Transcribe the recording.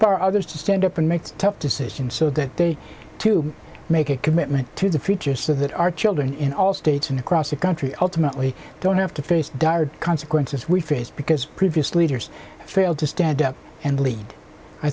par others to stand up and make tough decisions so that they too make a commitment to the future so that our children in all states and across the country ultimately don't have to face dire consequences we face because previous leaders failed to stand up and lea